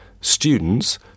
students